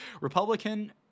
republican